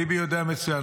ביבי יודע מצוין,